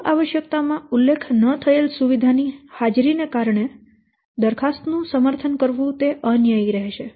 મૂળ આવશ્યકતા માં ઉલ્લેખ ન થયેલ સુવિધા ની હાજરીને કારણે દરખાસ્ત નું સમર્થન કરવું તે અન્યાયી રહેશે